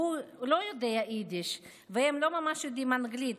והוא לא יודע יידיש והם לא ממש יודעים אנגלית,